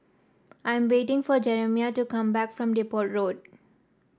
I am waiting for Jerimiah to come back from Depot Road